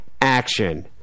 action